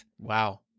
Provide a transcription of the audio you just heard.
Wow